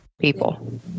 people